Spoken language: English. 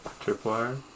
tripwire